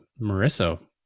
Marissa